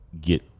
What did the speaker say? Get